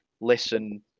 listen